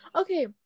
Okay